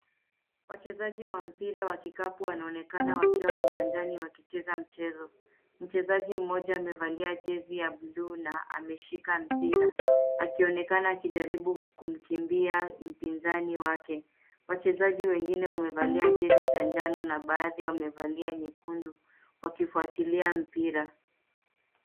Wachezaji wa mpira wa kikapu wanaonekana wakiwa uwanjani wakicheza mchezo. Mchezaji mmoja amevalia jezi ya bluu na ameshika mpira akionekana akijaribu kumkimbia mpinzani wake. Wachezaji wengine wamevalia jezi za njano na baadhi wamevalia nyekundu wakifuatilia mpira.